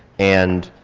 and